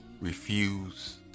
refuse